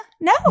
no